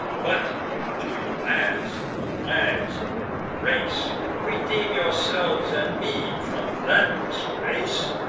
but to be last, the lags of all the race redeem yourselves and me from that disgrace.